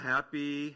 Happy